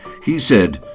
he said,